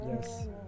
Yes